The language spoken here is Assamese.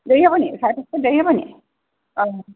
দেৰি হ'বনি চাৰে পাঁচটাত দেৰি হ'বনি অঁ